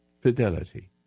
fidelity